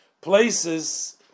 places